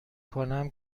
کنم